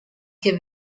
che